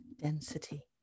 density